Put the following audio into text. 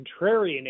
contrarian